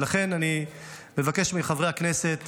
ולכן אני מבקש מחברי הכנסת